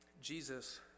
Jesus